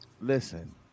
listen